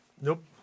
Nope